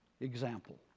example